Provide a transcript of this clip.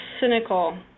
cynical